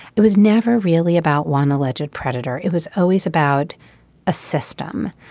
it was never really about one alleged predator it was always about a system.